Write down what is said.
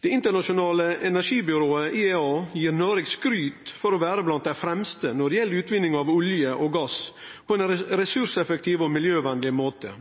Det internasjonale energibyrået IEA gir Noreg skryt for å vere blant dei fremste når det gjeld utvinning av olje og gass på ein ressurseffektiv og miljøvennleg måte.